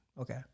okay